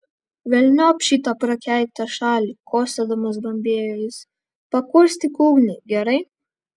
velniop šitą prakeiktą šalį kosėdamas bambėjo jis pakurstyk ugnį gerai